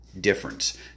difference